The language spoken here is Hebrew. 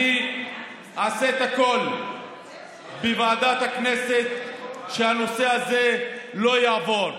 אני אעשה את הכול בוועדת הכנסת כדי שהנושא הזה לא יעבור.